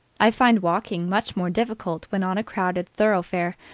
i find walking much more difficult when on a crowded thoroughfare,